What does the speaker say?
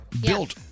built